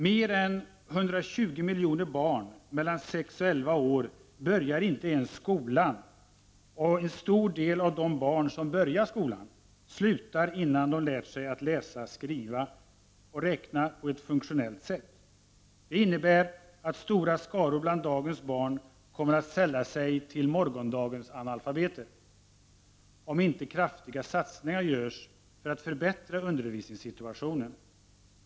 Mer än 120 miljoner barn mellan sex och elva år börjar inte ens skolan och en stor del av de barn, som börjar skolan, slutar innan de lärt sig att läsa, skriva och räkna på ett funktionellt sätt. Det innebär att stora skaror bland dagens barn kommer att sälla sig till morgondagens analfabeter, om inte kraftiga satsningar görs för att förbättra undervisningssituationen.